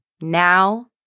Now